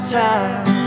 time